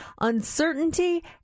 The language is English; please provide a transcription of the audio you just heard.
uncertainty